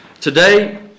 today